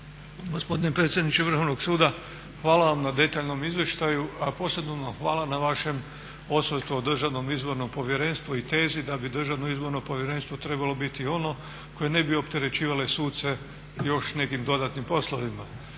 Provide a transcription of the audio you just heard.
Gospodine predsjedniče Vrhovnog suda, hvala vam na detaljnom izvještaju, a posebno vam hvala na vašem osvrtu o DIP-u i težnji da bi DIP trebalo biti ono koje ne bi opterećivale suce još nekim dodatnim poslovima.